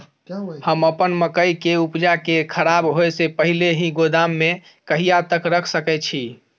हम अपन मकई के उपजा के खराब होय से पहिले ही गोदाम में कहिया तक रख सके छी?